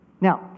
Now